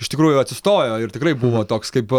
iš tikrųjų atsistojo ir tikrai buvo toks kaip